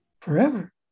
forever